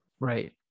Right